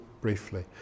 briefly